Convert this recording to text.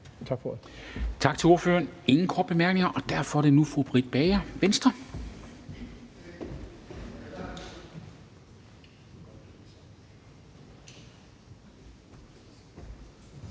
Tak for ordet.